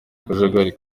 akajagari